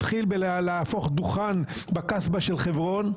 זה מתחיל בהפיכת דוכן בקסבה של חברון,